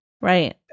right